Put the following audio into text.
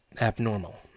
abnormal